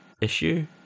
issue